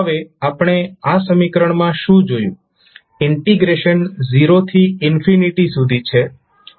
હવે આપણે આ સમીકરણ માં શું જોયું ઇન્ટિગ્રેશન 0 થી સુધી છે